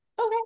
Okay